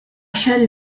shall